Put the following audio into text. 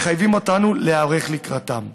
מחייבים אותנו להיערך לקראתם.